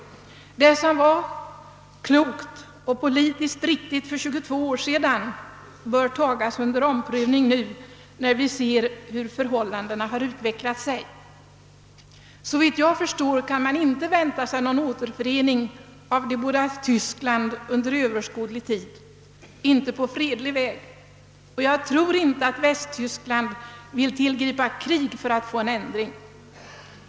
Det som för 22 år sedan var klokt och politiskt riktigt bör nu tagas under omprövning när vi ser hur förhållandena har utvecklat sig. Såvitt jag förstår kan man inte vänta sig någon återförening av de båda Tyskland under överskådlig tid, åtminstone inte på fredlig väg. Jag tror inte att Västtyskland vill tillgripa krig för att få en ändring till stånd.